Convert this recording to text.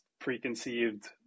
preconceived